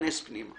להתכנס פנימה